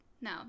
No